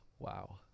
Wow